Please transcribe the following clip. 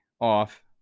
off